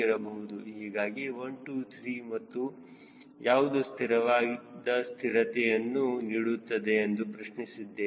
ಹೀಗಾಗಿ 1 2 3 ಮತ್ತು ಯಾವುದು ಸ್ಥಿರವಾದ ಸ್ಥಿರತೆಯನ್ನು ನೀಡುತ್ತದೆ ಎಂದು ಪ್ರಶ್ನಿಸಿದ್ದೇನೆ